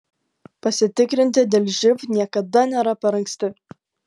pasitikrinti dėl živ niekada nėra per anksti